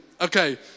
Okay